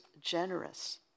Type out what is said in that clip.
generous